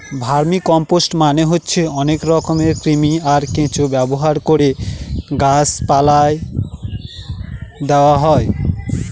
vermicompost মানে হচ্ছে অনেক রকমের কৃমি, আর কেঁচো ব্যবহার করে গাছ পালায় দেওয়া হয়